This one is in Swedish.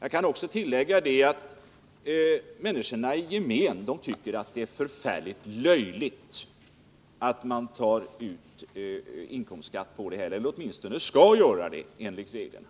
Jag kan också tillägga att människor i gemen tycker att det är förfärligt löjligt att man tar ut inkomstskatt på denna verksamhet eller åtminstone skall göra det enligt reglerna.